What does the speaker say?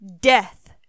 Death